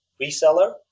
reseller